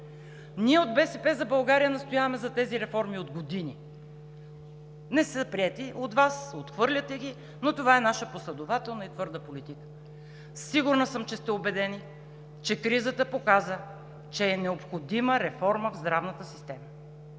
Ние от „БСП за България“ настояваме за тези реформи от години. Не са приети от Вас, отхвърляте ги, но това е наша последователна и твърда политика. Сигурна съм, че сте убедени, че кризата показа, че е необходима реформа в здравната система,